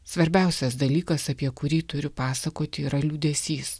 svarbiausias dalykas apie kurį turiu pasakoti yra liūdesys